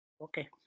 Okay